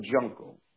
jungle